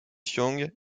young